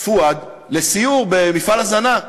פואד לסיור במפעל הזנה.